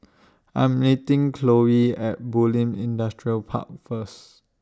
I'm meeting Chloe At Bulim Industrial Park First